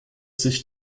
sich